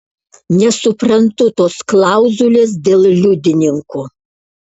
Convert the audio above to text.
nesuprantu tos klauzulės dėl liudininkų